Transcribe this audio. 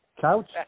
couch